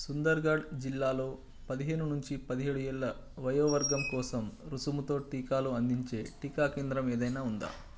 సుందర్ఘఢ్ జిల్లాలో పదిహేను నుంచి పదిహేడు ఏళ్ళ వయోవర్గం కోసం రుసుముతో టీకాలు అందించే టీకా కేంద్రం ఏదైనా ఉందా